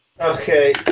okay